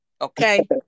Okay